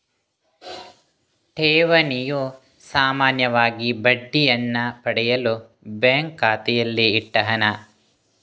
ಠೇವಣಿಯು ಸಾಮಾನ್ಯವಾಗಿ ಬಡ್ಡಿಯನ್ನ ಪಡೆಯಲು ಬ್ಯಾಂಕು ಖಾತೆಯಲ್ಲಿ ಇಟ್ಟ ಹಣ